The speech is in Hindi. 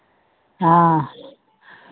हाँ